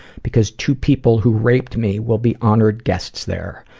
because two people who raped me will be honored guests there,